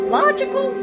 logical